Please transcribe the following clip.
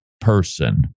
person